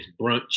Brunch